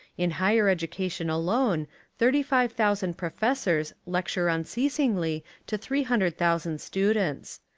in higher educa tion alone thirty-five thousand professors lecture unceasingly to three hundred thousand students.